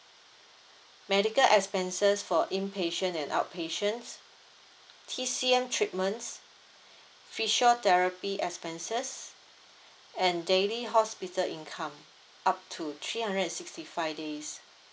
medical expenses for inpatient at outpatients T_C_M treatments physiotherapy expenses and daily hospital income up to three hundred and sixty five days